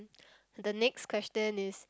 the next question is